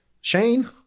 Shane